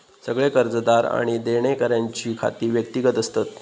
सगळे कर्जदार आणि देणेकऱ्यांची खाती व्यक्तिगत असतत